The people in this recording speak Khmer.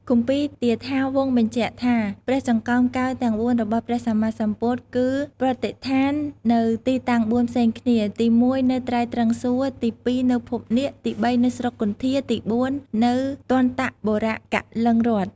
គម្ពីទាថាវង្សបញ្ជាក់ថា ព្រះចង្កូមកែវទាំង ៤ របស់ព្រះសម្មាសម្ពុទ្ធ គឺប្រតិស្ថាននៅទីទាំង ៤ ផ្សេងគ្នា ទី១នៅត្រៃត្រឹង្សសួគ៌ ទី២ នៅភពនាគ ទី៣ នៅស្រុកគន្ធា ទី៤ នៅទន្ដបុរៈកលិង្គរដ្ឋ។